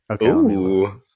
Okay